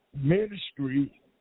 ministry